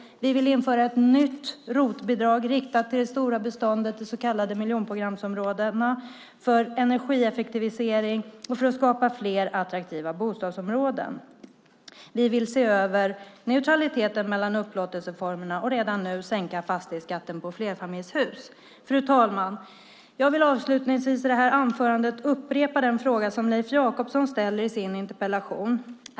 Vi vill införa ett nytt ROT-bidrag riktat till det stora beståndet i de så kallade miljonprogramsområdena för att energieffektivisera och skapa fler attraktiva bostadsområden. Vi vill se över neutraliteten mellan upplåtelseformerna och redan nu sänka fastighetsskatten på flerfamiljshus. Fru talman! Jag vill avslutningsvis i detta inlägg upprepa den fråga som Leif Jakobsson ställer i sin interpellation.